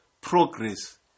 progress